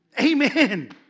Amen